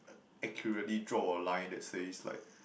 accurately draw a line that says like